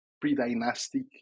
pre-dynastic